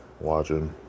Watching